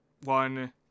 one